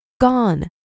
Gone